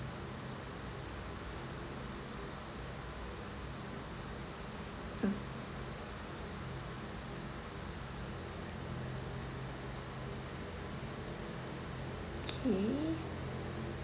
uh K